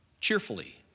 cheerfully